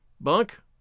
Bunk